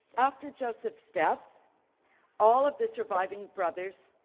after joseph's death all of the surviving brothers,